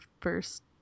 first